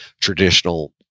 traditional